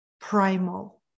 primal